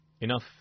Enough